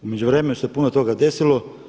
U međuvremenu se puno toga desilo.